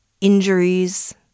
injuries